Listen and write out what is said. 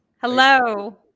Hello